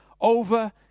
over